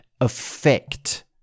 effect